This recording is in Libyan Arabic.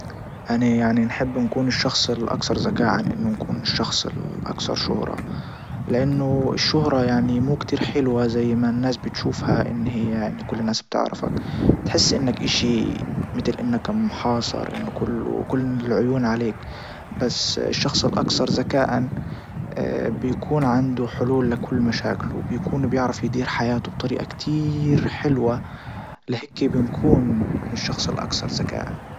اني يعني نحب نكون الشخص الاكثر ذكاء عن انه نكون الشخص الاكثر شهرة لانه الشهرة يعني مو كتير حلوة زي ما الناس بتشوفها ان هي ان كل الناس بتعرفك بتحس انك اشي متل انك محاصر انه كله كل العيون عليك. بس الشخص الاكثر زكاء بيكون عنده حلول لكل مشاكله بيعرف يدبر حياته بطريقة كتير حلوة لهيكي بنكون الشخص الأكثر ذكاء.